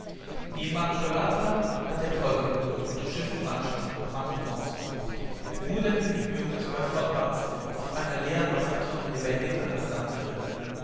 die immacolata hat der teufel geholt schiff und mannschaft mann und maus nur der kajütenjunge ist bei fort bats auf einer leeren wassertonne lebendig an das land geritten